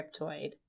cryptoid